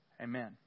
Amen